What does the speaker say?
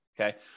Okay